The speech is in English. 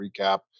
recap